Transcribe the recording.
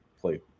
play